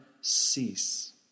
cease